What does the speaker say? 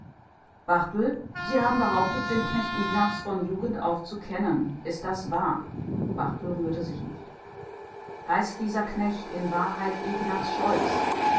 sie haben behauptet den knecht ignaz von jugend auf zu kennen ist das wahr barthel rührte sich nicht heißt dieser knecht in wahrheit ignaz